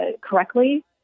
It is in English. correctly